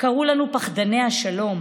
קראו לנו "פחדני השלום",